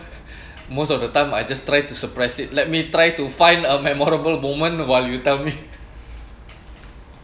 most of the time I just tried to suppress it let me try to find a memorable moment while you tell me